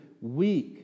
weak